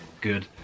good